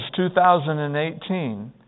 2018